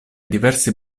diversi